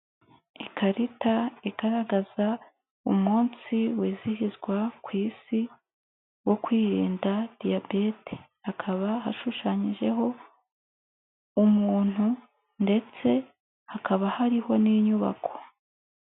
Ikarita igaragaza umunsi wizihizwa ku Isi, wo kwirinda Diyabete hakaba hashushanyijeho umuntu ndetse hakaba hariho n'inyubako.